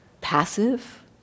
passive